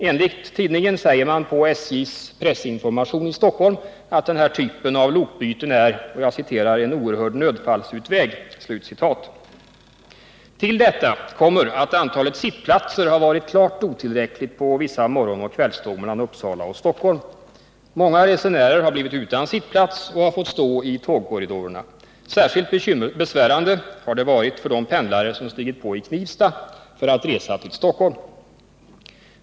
Enligt tidningen säger man på SJ:s pressinformation i Stockholm, att den här typen av lokbyten är ”en oerhörd nödfallsutväg”. Till detta kommer att antalet sittplatser har varit klart otillräckligt på vissa morgonoch kvällståg mellan Uppsala och Stockholm. Många resenärer har blivit utan sittplats och har fått stå i tågkorridorerna. Särskilt besvärande har det varit för de pendlare som stigit på i Knivsta för att resa till Stockholm.